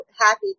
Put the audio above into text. happy